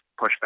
pushback